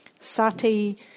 Sati